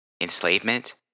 Enslavement